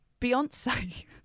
Beyonce